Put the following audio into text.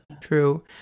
true